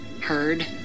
heard